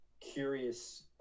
curious